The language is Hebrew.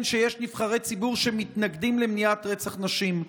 שיש נבחרי ציבור שמתנגדים למניעת רצח נשים?